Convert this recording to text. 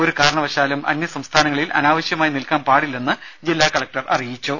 ഒരു കാരണവശാലും അന്യസംസ്ഥാനങ്ങളിൽ അനാവശ്യമായി നിൽക്കാൻ പാടില്ലെന്ന് ജില്ലാ കലക്ടർ അറിയിച്ചു